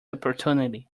opportunity